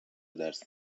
درس